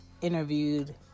interviewed